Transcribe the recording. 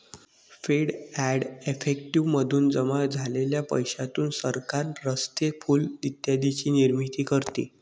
fees and effective मधून जमा झालेल्या पैशातून सरकार रस्ते, पूल इत्यादींची निर्मिती करते